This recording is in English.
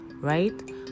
right